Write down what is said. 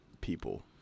people